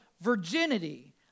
virginity